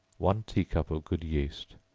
one tea-cup of good yeast,